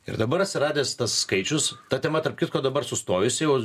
ir dabar atsiradęs tas skaičius ta tema tarp kitko dabar sustojusi jau